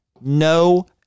no